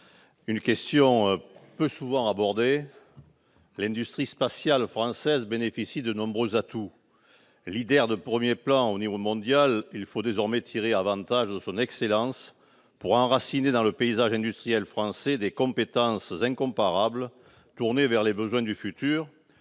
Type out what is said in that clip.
qui n'est pas souvent abordée. L'industrie spatiale française bénéficie de nombreux atouts. Elle est l'un des au niveau mondial ; il faut désormais tirer avantage de son excellence pour enraciner dans le paysage industriel français des compétences incomparables tournées vers les besoins du futur,